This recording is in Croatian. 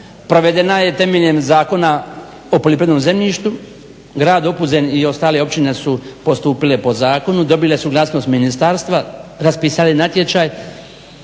provedena je temeljem Zakona o poljoprivrednom zemljištu, grad Opuzen i ostale općine su postupile po zakonu. Dobile suglasnost ministarstva, raspisale natječaj.